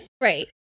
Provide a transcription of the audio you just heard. Right